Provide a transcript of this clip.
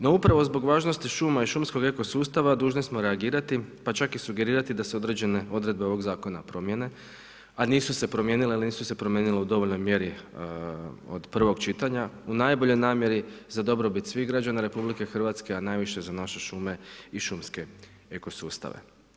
No upravo zbog važnosti šuma i šumskog eko sustava dužni smo reagirati, pa čak i sugerirat da se određene odredbe ovog zakona promijene, a nisu se promijenile jer nisu se promijenile u dovoljnoj mjeri od prvog čitanja, u najboljoj namjeri, za dobrobit svih građana RH, a najviše za naše šume i šumske eko sustave.